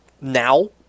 now